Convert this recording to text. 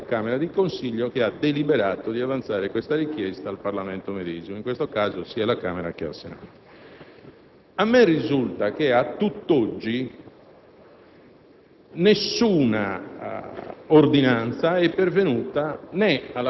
al Parlamento può essere chiesta entro dieci giorni dalla decisione della camera di consiglio che ha deliberato di avanzare questa richiesta al Parlamento medesimo, in questo caso sia alla Camera che al Senato: a me risulta che a tutt'oggi